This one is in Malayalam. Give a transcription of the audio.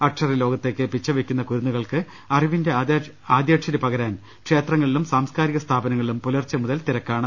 അക്ഷര ലോകത്തേക്ക് പിച്ചവെയ്ക്കുന്ന കുരുന്നുകൾക്ക് അറിവിന്റെ ആദ്യാക്ഷരി പകരാൻ ക്ഷേത്രങ്ങളിലും സാംസ്കാരിക സ്ഥാപനങ്ങളിലും പുലർച്ചെ മുതൽ തിരക്കാണ്